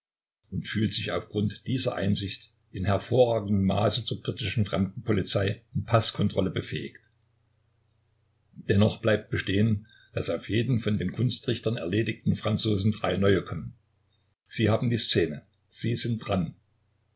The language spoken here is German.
und fühlt sich auf grund dieser einsicht in hervorragendem maße zur kritischen fremdenpolizei und paßkontrolle befähigt dennoch bleibt bestehen daß auf jeden von den kunstrichtern erledigten franzosen drei neue kommen sie haben die szene sie sind dran